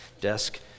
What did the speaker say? desk